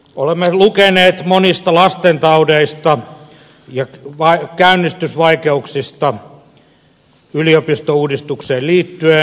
olemme lukeneet monista lastentaudeista ja käynnistysvaikeuksista yliopistouudistukseen liittyen